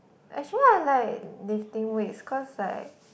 actually I like lifting weights cause like